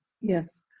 Yes